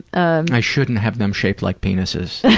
ah and i shouldn't have them shaped like penises.